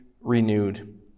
renewed